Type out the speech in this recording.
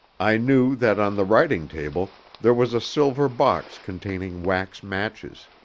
i knew that on the writing-table there was a silver box containing wax matches.